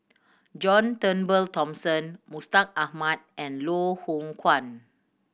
John Turnbull Thomson Mustaq Ahmad and Loh Hoong Kwan